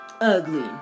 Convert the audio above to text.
ugly